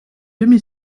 demi